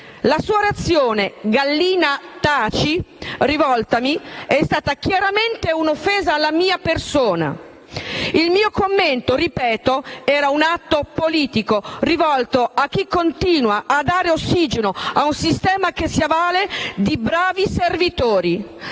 La sua reazione - «Gallina, taci!» - rivoltami è stata chiaramente un'offesa alla mia persona. Il mio commento - lo ripeto - era un atto politico, rivolto a chi continua a dare ossigeno ad un sistema che si avvale di bravi servitori.